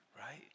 right